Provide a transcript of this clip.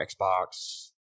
Xbox